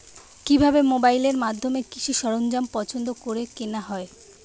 কিভাবে মোবাইলের মাধ্যমে কৃষি সরঞ্জাম পছন্দ করে কেনা হয়?